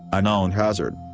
a known hazard.